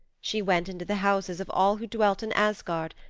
she went into the houses of all who dwelt in asgard,